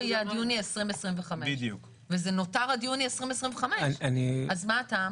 יהיה עד יוני 2025. וזה נותר עד יוני 2025. אז מה הטעם?